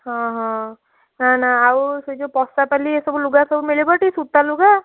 ହଁ ହଁ ନା ନା ଆଉ ସେ ଯେଉଁ ପଶାପାଲି ଏସବୁ ଲୁଗା ସବୁ ମିଳିବଟି ସୂତା ଲୁଗା